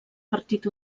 partit